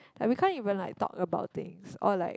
like we can't even like talk about things or like